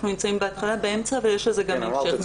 אנחנו נמצאים בהתחלה, באמצע ויש לזה גם המשך.